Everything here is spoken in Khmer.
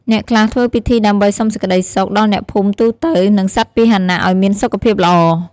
អ្នកខ្លះធ្វើពិធីដើម្បីសុំសេចក្តីសុខ ដល់អ្នកភូមិទូទៅ និងសត្វពាហនៈឱ្យមានសុខភាពល្អ។